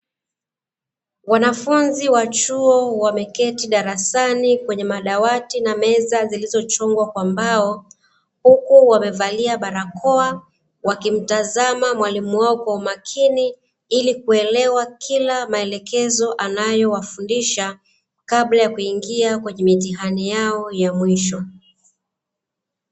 Wanafunzi wa chuo wameketi darasani kwenye madawati na meza zilizochongwa kwa mbao huku wamevalia barakoa. Wakimtazama mwalimu wao kwa umakini ili kuelewa Kila maelekezo anayowafundisha kabla ya kuingia kwenye mitihani yao ya mwisho.